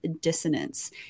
dissonance